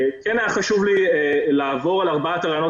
היה חשוב לי לעבור על ארבעת הרעיונות